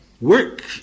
Work